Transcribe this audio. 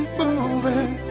moving